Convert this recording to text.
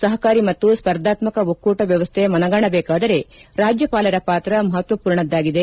ಸಹಕಾರಿ ಮತ್ತು ಸ್ಪರ್ಧಾತ್ಮಕ ಒಕ್ಕೂಟ ವ್ಯವಸ್ವೆ ಮನಗಾಣಬೇಕಾದರೆ ರಾಜ್ಯಪಾಲರ ಪಾತ್ರ ಮಹತ್ವಪೂರ್ಣದ್ಲಾಗಿದೆ